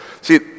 See